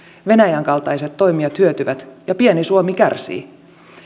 venäjän kaltaiset toimijat hyötyvät ja pieni suomi kärsii